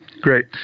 Great